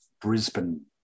Brisbane